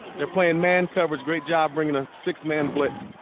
they're playing man coverage. great job bringing the six-man blitz